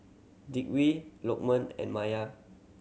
Dwi Lokman and Maya